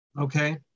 Okay